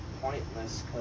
pointless